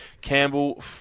Campbell